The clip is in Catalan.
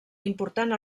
important